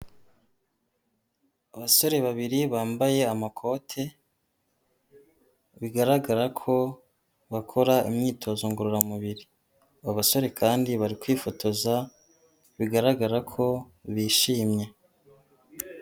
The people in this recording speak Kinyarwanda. Abasore babiri bambaye amakote bigaragara ko bakora imyitozo ngororamubiri, aba basore kandi bari kwifotoza bigaragara ko bishimye.